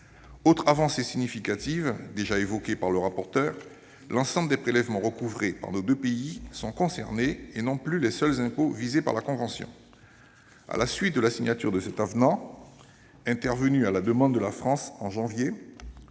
Autre avancée significative déjà évoquée par le rapporteur, l'ensemble des prélèvements recouvrés par les deux pays sont concernés, et non plus les seuls impôts visés par la convention. À la suite de la signature de cet avenant, intervenue à la demande de la France en janvier,